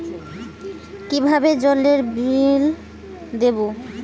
কিভাবে জলের বিল দেবো?